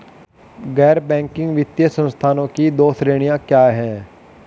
गैर बैंकिंग वित्तीय संस्थानों की दो श्रेणियाँ क्या हैं?